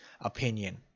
opinion